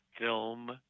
film